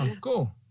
Cool